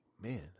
Man